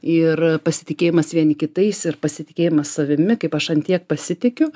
ir pasitikėjimas vieni kitais ir pasitikėjimas savimi kaip aš ant tiek pasitikiu